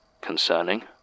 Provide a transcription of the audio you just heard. concerning